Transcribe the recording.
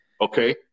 Okay